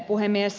puhemies